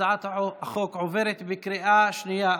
הצעת החוק עוברת בקריאה השנייה.